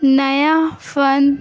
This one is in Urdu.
نیا فن